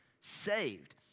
saved